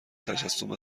تجسم